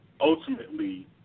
ultimately